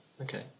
Okay